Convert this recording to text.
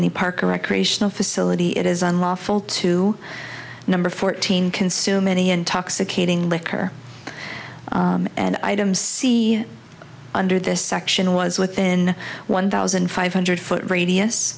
any park or recreational facility it is unlawful to number fourteen consume any intoxicating liquor and i don't see under this section was within one thousand five hundred foot radius